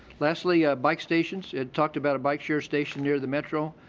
lastly, bike stations. it talked about a bike share station near the metro.